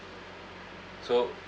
so